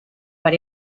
per